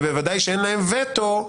ובוודאי שאין להם וטו,